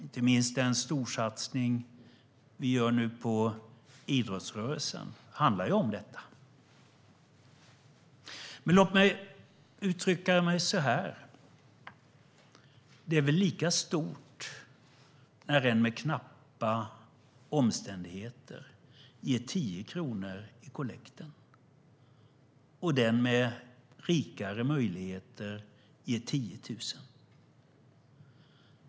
Inte minst den storsatsning vi nu gör på idrottsrörelsen handlar ju om detta. Men låt mig uttrycka mig så här: Det är väl lika stort när någon med knappa omständigheter ger 10 kronor i kollekten som när den med rikare möjligheter ger 10 000?